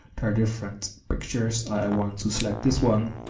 there are different pictures. i want to select this one